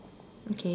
okay